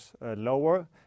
lower